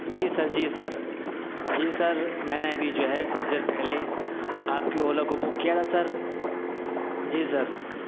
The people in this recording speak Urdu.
جی سر جی سر جی سر میں نے ابھی جو ہے کچھ دیر پہلے آپ کی اولا کو بک کیا تھا سر جی سر